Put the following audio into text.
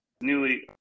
newly